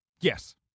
yes